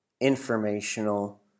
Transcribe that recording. informational